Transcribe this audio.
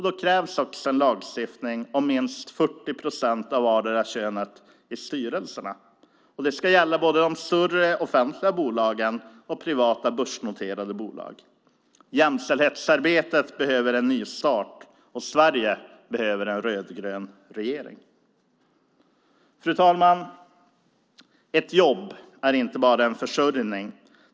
Då krävs det en lagstiftning om minst 40 procent av vardera könet i styrelserna. Det ska gälla både de större offentliga bolagen och privata börsnoterade bolag. Jämställdhetsarbetet behöver en nystart. Sverige behöver en rödgrön regering. Fru talman! Ett jobb är inte bara en försörjning.